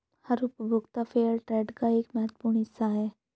हर उपभोक्ता फेयरट्रेड का एक महत्वपूर्ण हिस्सा हैं